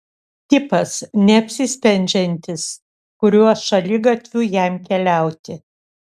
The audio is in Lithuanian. tipas neapsisprendžiantis kuriuo šaligatviu jam keliauti